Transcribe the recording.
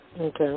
Okay